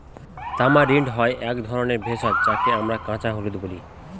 tamarind হয় এক ধরনের ভেষজ যাকে আমরা কাঁচা হলুদ বলি